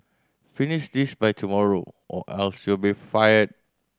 finish this by tomorrow or else you'll be fired